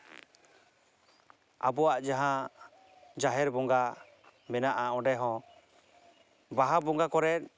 ᱟᱵᱚᱣᱟᱜ ᱡᱟᱦᱟᱸ ᱡᱟᱦᱮᱨ ᱵᱚᱸᱜᱟ ᱢᱮᱱᱟᱜᱼᱟ ᱚᱸᱰᱮ ᱦᱚᱸ ᱵᱟᱦᱟ ᱵᱚᱸᱜᱟ ᱠᱚᱨᱮ